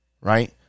right